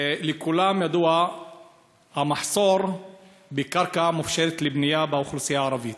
לכולם ידוע המחסור בקרקע מופשרת לבנייה באוכלוסייה הערבית.